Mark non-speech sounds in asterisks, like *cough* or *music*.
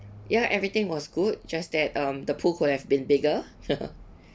ya everything was good just that um the pool could have been bigger *laughs*